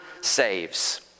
saves